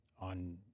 on